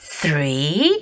three